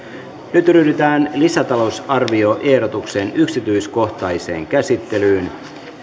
nyt ryhdytään lisäta lousarvioehdotuksen yksityiskohtaiseen käsittelyyn